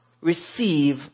receive